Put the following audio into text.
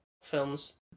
films